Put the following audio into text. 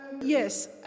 Yes